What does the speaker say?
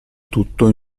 tutto